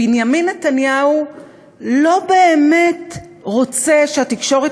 בנימין נתניהו לא באמת רוצה שהתקשורת